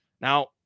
now